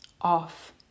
off